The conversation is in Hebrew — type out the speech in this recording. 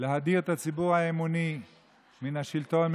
להדיר את הציבור האמוני מן השלטון,